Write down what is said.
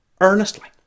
earnestly